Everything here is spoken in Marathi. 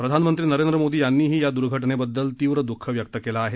प्रधानमंत्री नरेंद्र मोदी यांनीही या घटनेबददल तीव्र द्ःख व्यक्त केलं आहे